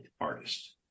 artist